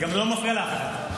וזה גם לא מפריע לאף אחד.